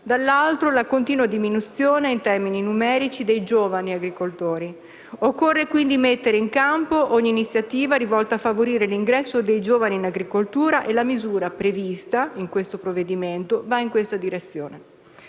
dall'altro, la continua diminuzione, in termini numerici, dei giovani agricoltori. Occorre, quindi, mettere in campo ogni iniziativa rivolta a favorire l'ingresso dei giovani in agricoltura e la misura prevista in questo provvedimento va in questa direzione.